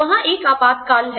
वहां एक आपात काल है